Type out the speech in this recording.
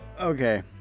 Okay